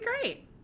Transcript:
great